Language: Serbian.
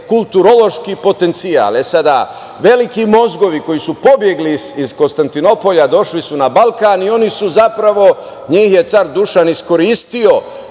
kulturološki potencijal. Veliki mozgovi koji su pobegli iz Konstantinopolja, došli su na Balkan i njih je car Dušan iskoristio